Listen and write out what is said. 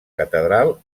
catedral